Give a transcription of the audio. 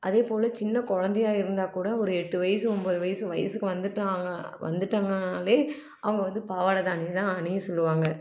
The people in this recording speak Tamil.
அதே போல் சின்ன குழந்தையா இருந்தால் கூட ஒரு எட்டு வயசு ஒன்பது வயசு வயசுக்கு வந்துவிட்டாங்க வந்துவிட்டாங்கனாலே அவங்க வந்து பாவாடை தாவணி தான் அணிய சொல்லுவாங்க